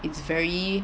it's very